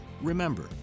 remember